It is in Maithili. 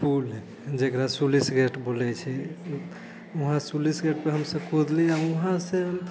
पुल हइ जेकरा सुलिसुकेट बोलै छै वहाँ सुलिसुकेट पर हमसभ कुदली आ वहाँ से